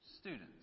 students